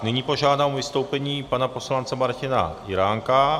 Nyní požádám o vystoupení pana poslance Martina Jiránka.